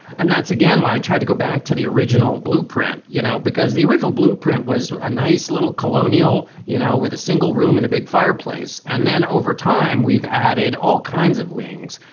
and that's again why i tried to go back to the original blueprint, you know, because the original blueprint was a nice little colonial, you know, with a single room and a big fireplace. and then over time we've added all kinds of wings.